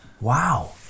Wow